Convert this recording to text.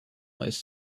most